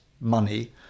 money